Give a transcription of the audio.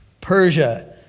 Persia